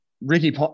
Ricky